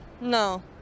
No